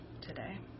today